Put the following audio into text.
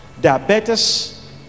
diabetes